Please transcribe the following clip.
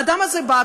האדם הזה בא,